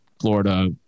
Florida